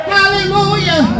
Hallelujah